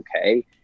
okay